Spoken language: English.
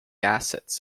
assets